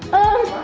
oh,